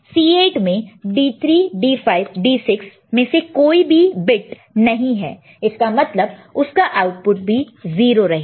C8 में D3 D5 D6 में से कोई भी बिट्स नहीं है इसका मतलब उसका आउटपुट भी 0 रहेगा